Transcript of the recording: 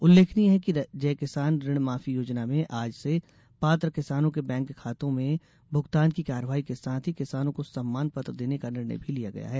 उल्लेखनीय है कि जय किसान ऋण माफी योजना में आज से पात्र किसानों के बैंक खाते में भुगतान की कार्यवाही के साथ ही किसानों को सम्मान पत्र देने का निर्णय भी लिया गया है